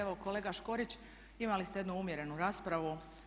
Evo kolega Škorić, imali ste jednu umjerenu raspravu.